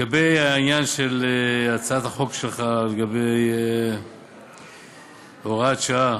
לגבי העניין של הצעת החוק שלך, לגבי הוראת השעה,